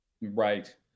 right